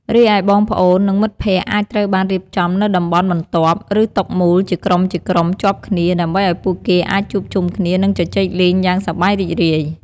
រីឯបងប្អូន និងមិត្តភក្តិអាចត្រូវបានរៀបចំនៅតំបន់បន្ទាប់ ឬតុមូលជាក្រុមៗជាប់គ្នា ដើម្បីឲ្យពួកគេអាចជួបជុំគ្នា និងជជែកលេងយ៉ាងសប្បាយរីករាយ។